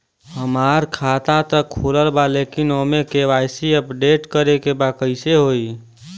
हमार खाता ता खुलल बा लेकिन ओमे के.वाइ.सी अपडेट करे के बा कइसे होई?